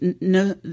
no